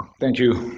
thank you,